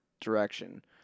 direction